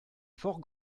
fort